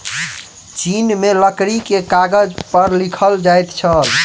चीन में लकड़ी के कागज पर लिखल जाइत छल